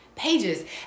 pages